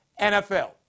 NFL